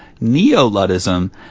Neo-Luddism